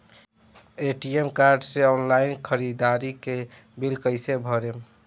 ATM card से online ख़रीदारी के बिल कईसे भरेम?